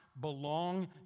belong